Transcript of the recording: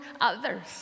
others